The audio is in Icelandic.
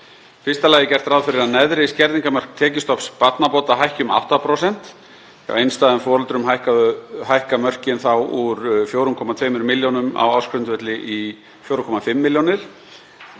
fyrsta lagi er gert ráð fyrir að neðri skerðingarmörk tekjustofns barnabóta hækki um 8%. Hjá einstæðum foreldrum hækka mörkin þá úr 4,2 milljónum á ársgrundvelli í 4,5 milljónir,